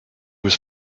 was